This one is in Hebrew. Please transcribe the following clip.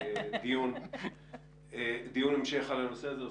דיון המשך על הנושא הזה.